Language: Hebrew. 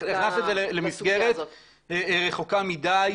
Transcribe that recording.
הכנסת את זה למסגרת רחוקה מידי.